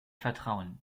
vertrauen